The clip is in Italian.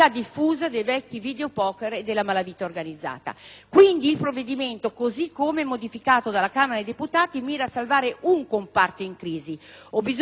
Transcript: cosi come modificato dalla Camera dei deputati, mira a salvare un comparto in crisi. Ovviamente bisogna evitare di generare altra crisi, che rischia di risultare irreversibile.